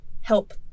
help